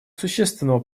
существенного